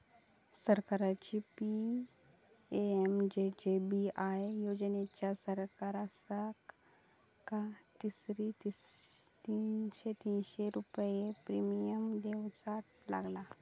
सरकारची पी.एम.जे.जे.बी.आय योजनेच्या सदस्यांका तीनशे तीनशे रुपये प्रिमियम देऊचा लागात